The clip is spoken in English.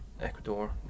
Ecuador